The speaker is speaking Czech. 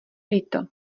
líto